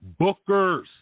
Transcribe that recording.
bookers